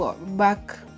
back